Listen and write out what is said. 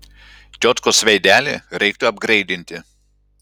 tiotkos veidelį reiktų apgreidinti